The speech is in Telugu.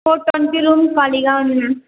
ఫోర్ ట్వంటీ రూమ్ ఖాళీగా ఉంది మ్యామ్